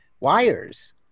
wires